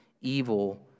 evil